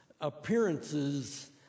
appearances